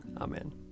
Amen